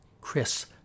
Chris